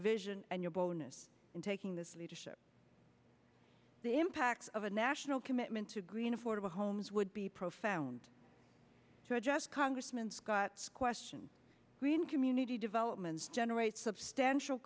vision and your bonus in taking this leadership the impacts of a national commitment to green affordable homes would be profound to adjust congressman scott's question green community the developments generate substantial